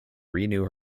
renew